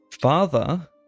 Father